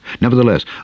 Nevertheless